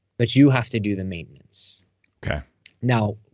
but you have to do the maintenance now,